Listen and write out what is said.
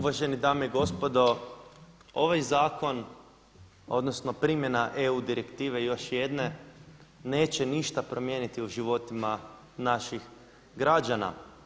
Uvažene dame i gospodo, ovaj zakon odnosno primjena EU direktive još jedne neće ništa promijeniti u životima naših građana.